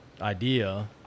idea